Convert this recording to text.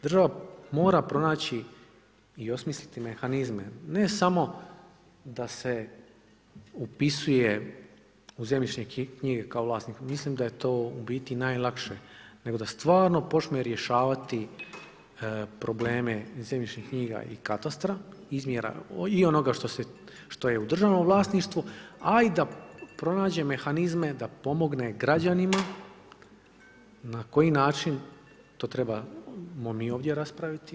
Država mora pronaći i osmisliti mehanizme, ne samo da se upisuje u zemljišne knjige kao vlasnik, mislim da je to u biti najlakše, nego da stvarno počne rješavati probleme zemljišnih knjiga i katastra, izmjera i onoga što je u državnom vlasništvu, a i da pronađe mehanizme da pomogne građanima na koji način to trebamo mi ovdje raspraviti.